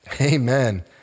Amen